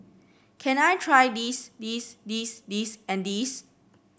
can I try this this this this and this